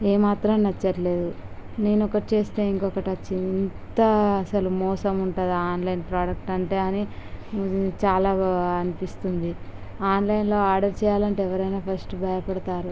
ఏమాత్రం నచ్చట్లేదు నేను ఒకటి చేస్తే ఇంకొకటి వచ్చింది ఇంత అసలు మోసం ఉంటుందా ఆన్లైన్ ప్రొడెక్టు అంటే అని చాలా అనిపిస్తుంది ఆన్లైన్లో ఆర్డర్ చేయాలంటే ఎవరైనా ఫస్టు భయపడతారు